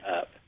up